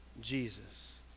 Jesus